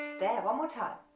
there one more time,